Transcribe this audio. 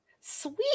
sweet